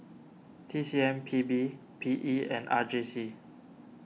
T C M P B P E and R J C